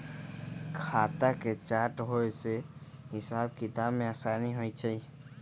खता के चार्ट होय से हिसाब किताब में असानी होइ छइ